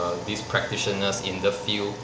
err these practitioners in the field